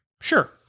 sure